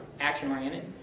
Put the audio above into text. action-oriented